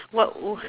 what would